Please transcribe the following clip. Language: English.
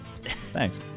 Thanks